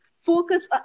Focus